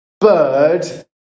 bird